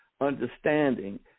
understanding